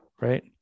right